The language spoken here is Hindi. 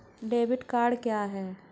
डेबिट कार्ड क्या है?